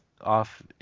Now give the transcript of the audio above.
off